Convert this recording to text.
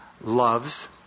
loves